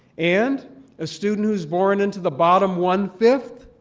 and a student who is born into the bottom one-fifth